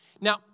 Now